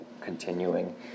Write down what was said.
continuing